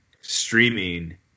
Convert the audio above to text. streaming